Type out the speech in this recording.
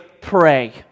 pray